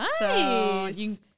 Nice